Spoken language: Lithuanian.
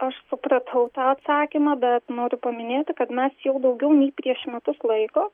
aš supratau tą atsakymą bet noriu paminėti kad mes jau daugiau nei prieš metus laiko